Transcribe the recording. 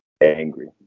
angry